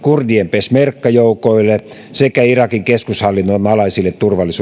peshmerga joukoille sekä irakin keskushallinnon alaisille turvallisuusjoukoille